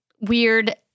weird